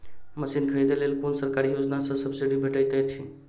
Machine खरीदे लेल कुन सरकारी योजना सऽ सब्सिडी भेटैत अछि?